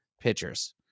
pitchers